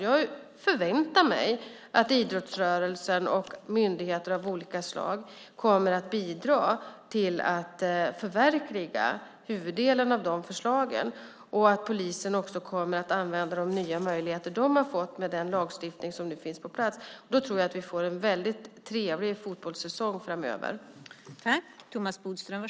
Jag förväntar mig att idrottsrörelsen och myndigheter av olika slag kommer att bidra till att förverkliga huvuddelen av förslagen och att polisen kommer att använda de nya möjligheter som de har fått med den lagstiftning som nu finns på plats. Då tror jag att vi får en väldigt trevlig fotbollssäsong framöver.